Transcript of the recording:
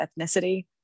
ethnicity